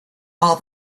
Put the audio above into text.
all